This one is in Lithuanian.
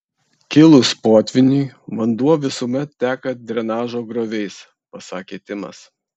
kilus potvyniui vanduo visuomet teka drenažo grioviais pasakė timas